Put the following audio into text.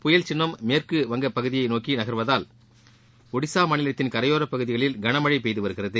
புயல் சின்னம் மேற்கு வங்க பகுதியை நோக்கி நகர்ந்து வருவதால் ஒடிசா மாநிலத்தின் கரையோரப்பகுதிகளில் கன மழை பெய்து வருகிறது